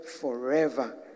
forever